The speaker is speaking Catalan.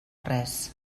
res